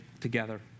together